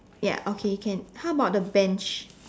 ya okay can how about the bench